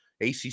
ACC